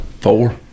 four